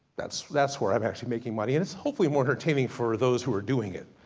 that's that's where i'm actually making money. and it's hopefully more entertaining, for those who are doing it.